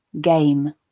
game